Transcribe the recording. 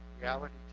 Reality